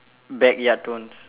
backyard thorns